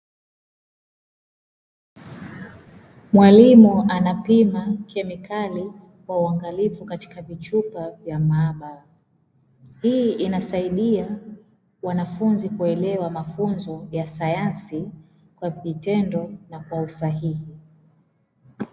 Mwalimu anapima kemikali kwa uangalifu, katika vichupa vya maabara. Hii inasaidia wanafunzi kuelewa mafunzo ya sayansi kwa vitendo na kwa usahihi.